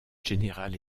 general